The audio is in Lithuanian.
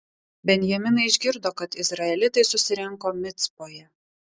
benjaminai išgirdo kad izraelitai susirinko micpoje